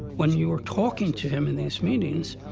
when you were talking to him in these meetings,